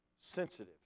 sensitive